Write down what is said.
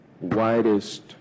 widest